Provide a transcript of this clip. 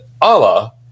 Allah